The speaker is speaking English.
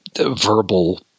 verbal